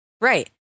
Right